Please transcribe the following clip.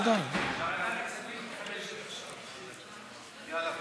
(הוראת שעה ותיקון), התשע"ו 2016, נתקבלה.